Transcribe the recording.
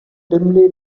dimly